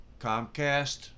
Comcast